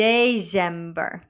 December